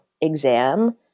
exam